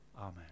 Amen